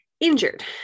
Injured